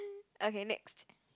okay next